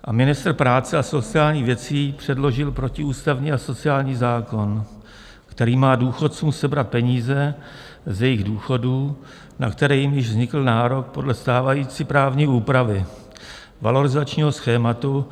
Pan ministr práce a sociálních věcí předložil protiústavní asociální zákon, který má důchodcům sebrat peníze z jejich důchodů, na které jim již vznikl nárok podle stávající právní úpravy valorizačního schématu.